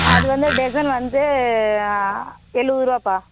அது வந்து டெஜன் வந்து எழுபருவாப்பா